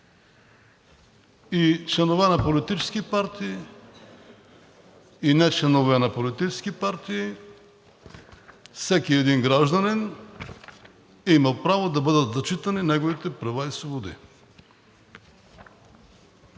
и членове на политически партии, и нечленове на политически партии, всеки един гражданин има право да бъдат зачитани неговите права и свободи.